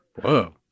Whoa